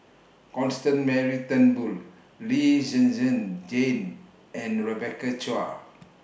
Constance Mary Turnbull Lee Zhen Zhen Jane and Rebecca Chua